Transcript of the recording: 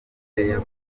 ndirimbo